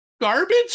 Garbage